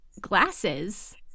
glasses